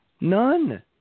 None